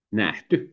nähty